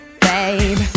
babe